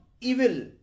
evil